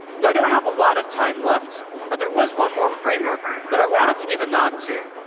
now i don't have a lot of time left but there was one more framework that i wanted to give a nod to.